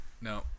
No